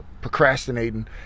procrastinating